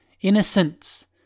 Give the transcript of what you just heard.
Innocence